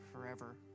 forever